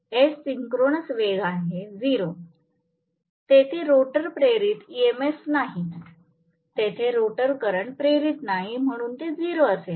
S synchronous वेग 0 आहे तेथे रोटर प्रेरित EMF नाही तेथे रोटर करंट प्रेरित नाही म्हणून ते 0 असेल